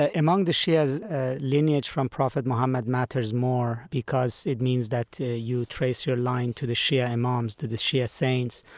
ah among the shia's ah lineage from prophet mohammed matters more because it means that you trace your line to the shia imams, to the shia's saints,